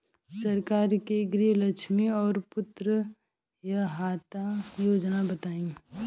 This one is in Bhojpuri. सरकार के गृहलक्ष्मी और पुत्री यहायता योजना बताईं?